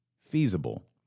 feasible